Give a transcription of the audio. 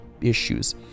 issues